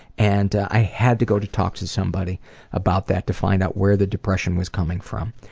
and i had to go to talk to somebody about that to find out where the depression was coming from.